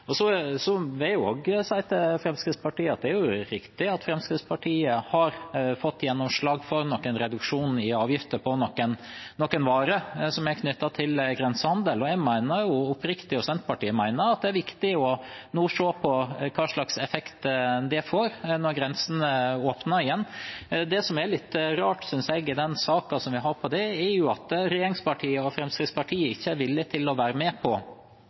Det er riktig at Fremskrittspartiet har fått gjennomslag for noe reduksjon i avgifter på noen varer som er knyttet til grensehandel. Jeg og Senterpartiet mener jo oppriktig at det er viktig å se på hvilken effekt det får når grensene åpnes igjen. Det som er litt rart, synes jeg, i den saken som vi har om det, er at regjeringspartiene og Fremskrittspartiet ikke er villige til å være med på